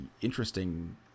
interesting